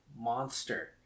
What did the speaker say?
monster